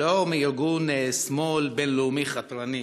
לא מארגון שמאל בין-לאומי חתרני,